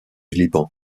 liban